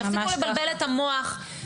שיפסיקו לבלבל את המוח,